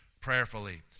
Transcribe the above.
prayerfully